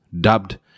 dubbed